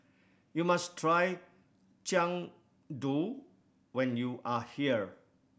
you must try Jian Dui when you are here